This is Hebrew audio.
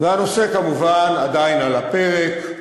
והנושא כמובן עדיין על הפרק.